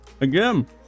Again